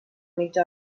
mitja